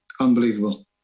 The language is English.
Unbelievable